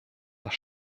das